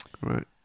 Right